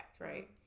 right